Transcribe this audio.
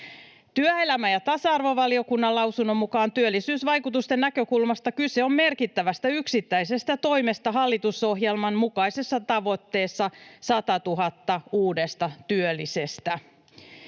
Työelämä- ja tasa-arvovaliokunnan lausunnon mukaan työllisyysvaikutusten näkökulmasta kyse on merkittävästä yksittäisestä toimesta hallitusohjelman mukaisessa tavoitteessa 100 000 uudesta työllisestä.